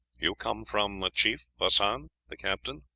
you come from the chief hassan? the captain,